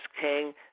king